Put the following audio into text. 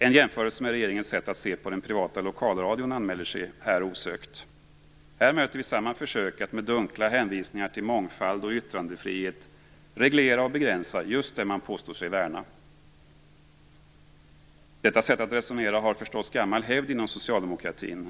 En jämförelse med regeringens sätt att se på den privata lokalradion anmäler sig här osökt. Hör möter vi samma försök att med dunkla hänvisningar till mångfald och yttrandefrihet reglera och begränsa just det man påstår sig värna. Detta sätt att resonera har förstås gammal hävd inom socialdemokratin.